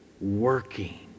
working